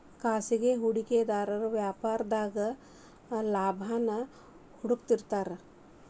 ಖಾಸಗಿ ಹೂಡಿಕೆದಾರು ವ್ಯಾಪಾರದಾಗ ಲಾಭಾನ ಹುಡುಕ್ತಿರ್ತಾರ